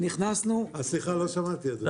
סליחה, לא שמעתי, אדוני.